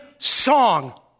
Song